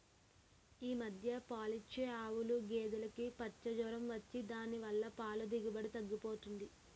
ఈ మధ్య పాలిచ్చే ఆవులు, గేదులుకి పచ్చ జొరం వచ్చి దాని వల్ల పాల దిగుబడి తగ్గిపోయింది